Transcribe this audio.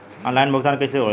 Online भुगतान कैसे होए ला?